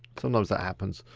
sometimes that happens.